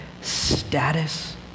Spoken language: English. status